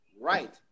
right